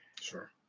Sure